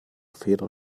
feder